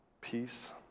peace